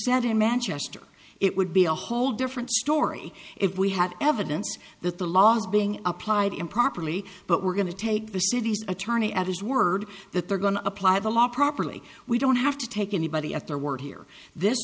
in manchester it would be a whole different story if we had evidence that the law is being applied improperly but we're going to take the city's attorney at his word that they're going to apply the law properly we don't have to take anybody at their word here this